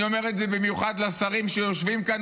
אני אומר את זה במיוחד לשרים שיושבים כאן,